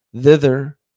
Thither